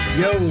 yo